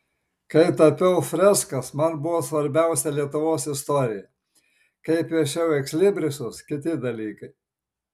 kai tapiau freskas man buvo svarbiausia lietuvos istorija kai piešiau ekslibrisus kiti dalykai